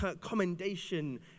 commendation